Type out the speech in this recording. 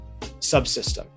subsystem